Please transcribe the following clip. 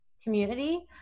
community